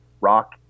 Rock